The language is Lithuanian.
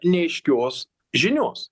neaiškios žinios